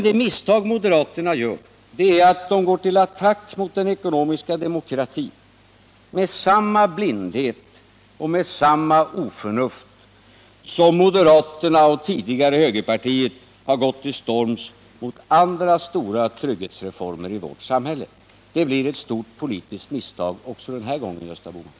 Det misstag som moderaterna gör är att de går till attack mot den ekonomiska demokratin med samma blindhet och oförnuft som moderaterna, och tidigare högerpartiet, har gått till storms mot andra stora trygghetsreformer i vårt samhälle. Det blir ett stort politiskt misstag också den här gången, Gösta Bohman.